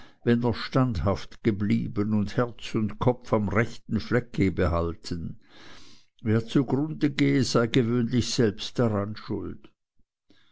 wenn er standhaft geblieben und herz und kopf am rechten flecke behalten wer zugrunde gehe sei gewöhnlich selbst daran schuld